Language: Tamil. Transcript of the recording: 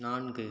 நான்கு